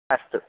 अस्तु